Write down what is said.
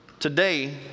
Today